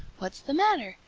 what's the matter?